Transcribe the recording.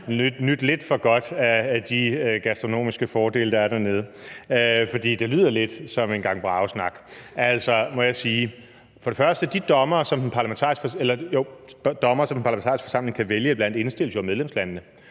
nydt lidt for godt af de gastronomiske fordele, der er dernede, for det lyder lidt som en gang bragesnak, må jeg sige. Altså, de dommere, som den parlamentariske forsamling kan vælge iblandt, indstilles jo af medlemslandene,